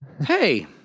Hey